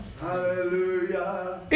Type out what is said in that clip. hallelujah